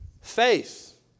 Faith